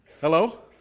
Hello